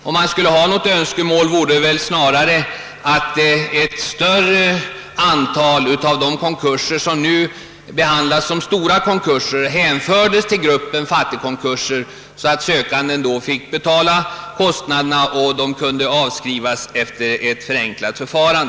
Om man skulle ha något önskemål vore det väl snarare att ett större antal av de konkurser, som nu behandlas som stora konkurser, hänfördes till gruppen fattigkonkurser, så att sökanden fick betala kostnaderna och konkurserna därefter kunde avskrivas enligt ett förenklat förfarande.